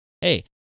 hey